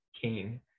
king